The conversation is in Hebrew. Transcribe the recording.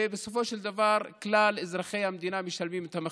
ובסופו של דבר כלל אזרחי המדינה משלמים את המחיר.